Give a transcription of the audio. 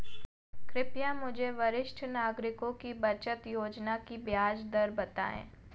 कृपया मुझे वरिष्ठ नागरिकों की बचत योजना की ब्याज दर बताएं